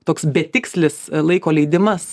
toks betikslis laiko leidimas